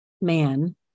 man